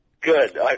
Good